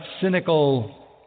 cynical